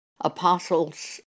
Apostles